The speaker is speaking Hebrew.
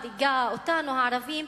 מדאיגה אותנו הערבים,